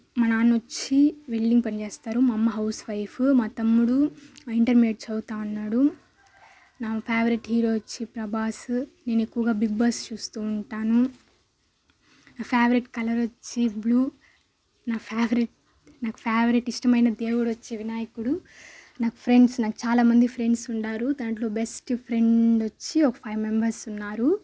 మా నాన్న వచ్చి వెల్డింగ్ పని చేస్తారు మా అమ్మ హౌస్ వైఫ్ మా తమ్ముడు ఇంటర్మీడియట్ చదువుతా ఉన్నాడు నా ఫేవరెట్ హీరో వచ్చి ప్రభాస్ నేను ఎక్కువగా బిగ్బాస్ చూస్తూ ఉంటాను నా ఫేవరెట్ కలర్ వచ్చి బ్లూ నా ఫేవరెట్ నాకు ఫేవరెట్ ఇష్టమైన దేవుడు వచ్చి వినాయకుడు నాకు ఫ్రెండ్స్ నాకు చాలా మంది ఫ్రెండ్స్ ఉండారు దాంట్లో బెస్ట్ ఫ్రెండ్ వచ్చి ఒక ఫైవ్ మెంబర్స్ ఉన్నారు